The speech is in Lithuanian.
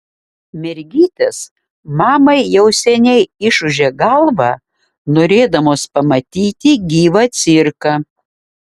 mergytės mamai jau seniai išūžė galvą norėdamos pamatyti gyvą cirką